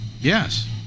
Yes